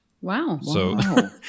Wow